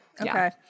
Okay